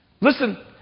Listen